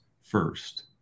first